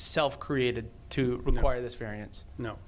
self created to require this variance kno